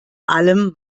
allem